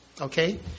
okay